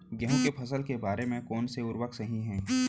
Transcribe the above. गेहूँ के फसल के बर कोन से उर्वरक सही है?